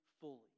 fully